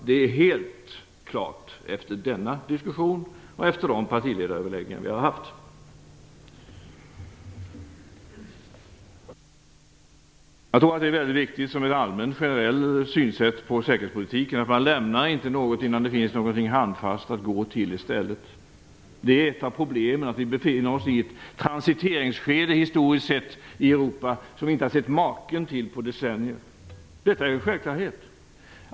Det är helt klart efter denna diskussion och efter de partiledaröverläggningar vi har haft. Jag tror att det är viktigt, som ett generellt synsätt på säkerhetspolitiken, att man inte lämnar något innan det finns något handfast att gå till i stället. Det är ett av problemen, att vi befinner oss i ett transiteringsskede historiskt sett i Europa, som vi inte har sett maken till på decennier. Detta är en självklarhet.